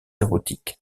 érotique